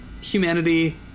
humanity